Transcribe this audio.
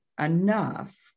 enough